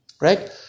right